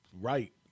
right